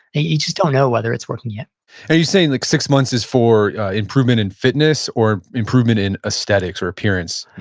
you just don't know whether it's working yet are you saying like six months is for improvement in fitness or improvement in aesthetics or appearance?